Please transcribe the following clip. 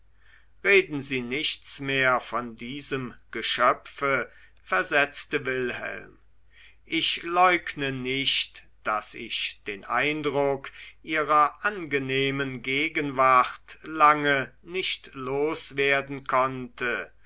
reden sie nichts mehr von diesem geschöpfe versetzte wilhelm ich leugne nicht daß ich den eindruck ihrer angenehmen gegenwart lange nicht loswerden konnte